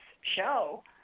show